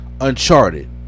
Uncharted